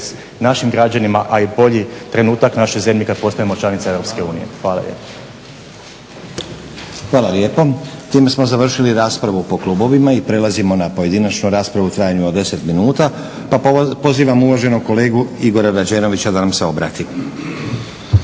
našim građanima, a i bolji trenutak našoj zemlji kad postajemo članica EU. Hvala lijepa. **Stazić, Nenad (SDP)** Hvala lijepo. Time smo završili raspravu po klubovima. Prelazimo na pojedinačnu raspravu u trajanju od 10 minuta. Pozivam uvaženog kolegu Igora Rađenovića da nam se obrati.